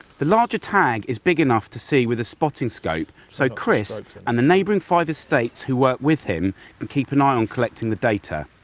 the larger tag is easy enough to see with a spotting scope. so chris and the neighbouring five estates who work with him can keep an eye on collecting the data.